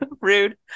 rude